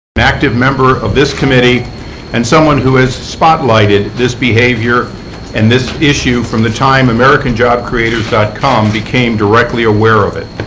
active member of this committee and someone who has spotlighted this behavior and this issue from the time americanjobcreators dot com became directly aware of it.